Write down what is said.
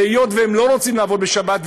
היות שהם לא רוצים לעבוד בשבת.